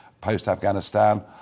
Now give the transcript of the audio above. post-Afghanistan